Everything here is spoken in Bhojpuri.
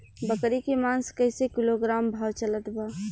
बकरी के मांस कईसे किलोग्राम भाव चलत बा?